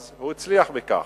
אז הוא הצליח בכך,